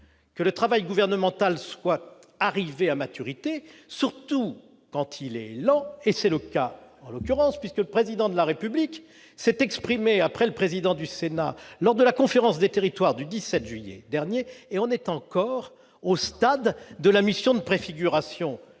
que le travail gouvernemental soit arrivé à maturité, surtout quand il est lent- et c'est le cas en l'occurrence. Un an ! Je rappelle que le Président de la République s'est exprimé, après le président du Sénat, lors de la réunion de la Conférence des territoires du 17 juillet dernier et l'on en est encore au stade de la mission de préfiguration